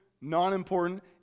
non-important